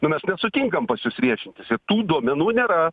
nu mes nesutinkam pas jus viešintis ir tų duomenų nėra